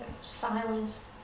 silence